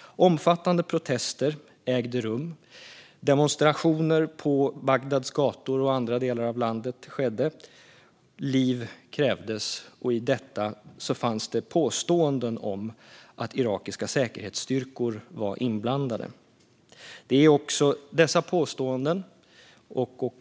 Omfattande protester ägde rum. Demonstrationer på Bagdads gator och i andra delar av landet skedde, och liv krävdes. I detta fanns det påståenden om att irakiska säkerhetsstyrkor var inblandade. Det är också dessa påståenden och